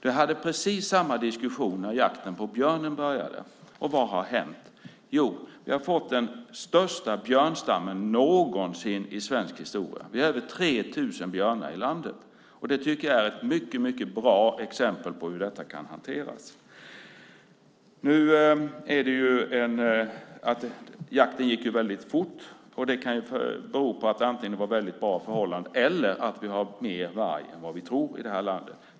Vi hade precis samma diskussion när jakten på björnen började. Vad har hänt? Vi har fått den största björnstammen någonsin i svensk historia. Vi har över 3 000 björnar i landet. Det tycker jag är ett mycket bra exempel på hur detta kan hanteras. Jakten gick fort. Det kan bero på att det var bra förhållanden eller på att vi har mer varg än vad vi tror i det här landet.